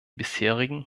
bisherigen